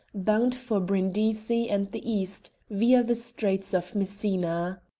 bound for brindisi and the east, via the straits of messina.